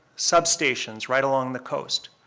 substations right along the coast.